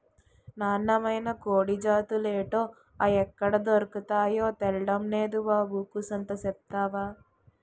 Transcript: నాన్నమైన కోడి జాతులేటో, అయ్యెక్కడ దొర్కతాయో తెల్డం నేదు బాబు కూసంత సెప్తవా